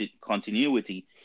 continuity